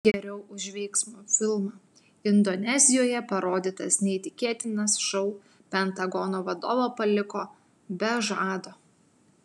geriau už veiksmo filmą indonezijoje parodytas neįtikėtinas šou pentagono vadovą paliko be žado